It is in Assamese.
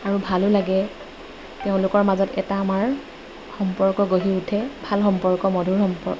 আৰু ভালো লাগে তেওঁলোকৰ মাজত এটা আমাৰ সম্পৰ্ক গঢ়ি উঠে ভাল সম্পৰ্ক মধুৰ সম্পৰ্ক